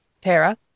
Tara